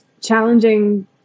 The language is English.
challenging